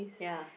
ya